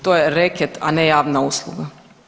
To je reket, a ne javna usluga.